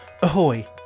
Ahoy